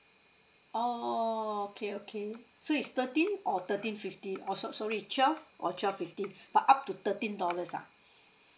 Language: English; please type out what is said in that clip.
oh okay okay so it's thirteen or thirteen fifty or so~ sorry twelve or twelve fifteen but up to thirteen dollars ah